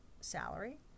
salary